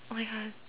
oh my God